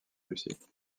russie